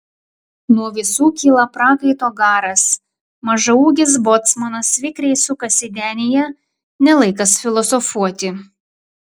nuo visų kyla prakaito garas mažaūgis bocmanas vikriai sukasi denyje ne laikas filosofuoti